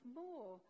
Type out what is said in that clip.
more